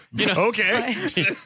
Okay